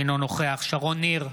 אינו נוכח שרון ניר,